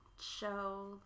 Show